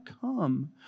come